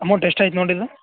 amount ಎಷ್ಟಾಯ್ತು ನೋಡಿದು